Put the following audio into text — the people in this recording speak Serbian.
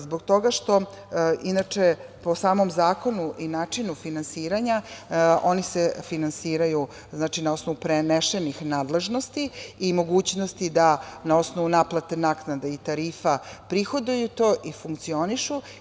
Zbog toga što, inače, po samom zakonu i načinu finansiranja oni se finansiraju na osnovu prenešenih nadležnosti i mogućnosti da na osnovu naplate naknada i tarifa prihoduju to i funkcionišu.